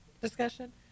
discussion